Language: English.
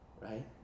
right